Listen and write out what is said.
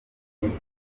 gihugu